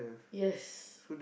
yes